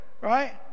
Right